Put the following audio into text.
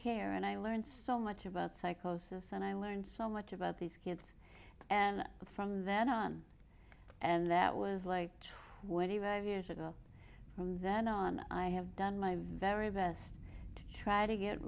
care and i learned so much about psychosis and i learned so much about these kids and from then on and that was like when we were years ago from then on i have done my very best to try to get